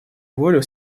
волю